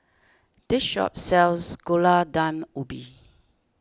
this shop sells Gulai Daun Ubi